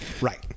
Right